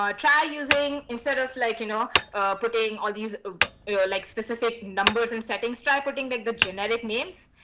um try using, instead of like you know putting all these ah like specific numbers and settings, try putting like the generic names.